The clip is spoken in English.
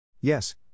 Yes